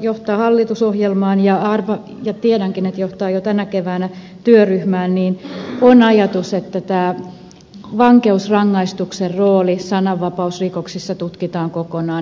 johtaa hallitusohjelmaan ja tiedänkin että se johtaa jo tänä keväänä työryhmään on ajatus että vankeusrangaistuksen rooli sananvapausrikoksissa tutkitaan kokonaan